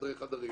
בחדרי חדרים,